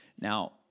Now